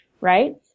Right